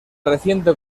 reciente